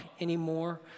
anymore